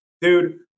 dude